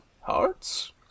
Hearts